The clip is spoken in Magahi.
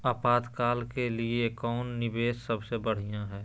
आपातकाल के लिए कौन निवेस सबसे बढ़िया है?